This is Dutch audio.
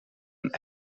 een